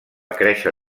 créixer